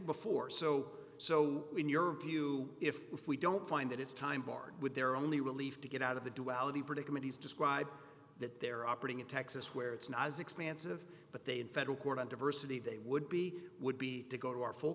before so so in your view if we don't find that it's time barred with their only relief to get out of the duality predicament he's described that they're operating in texas where it's not as expansive but they in federal court on diversity they would be would be to go to our full